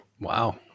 Wow